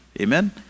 amen